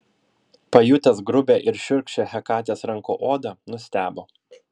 pajutęs grubią ir šiurkščią hekatės rankų odą nustebo